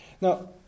Now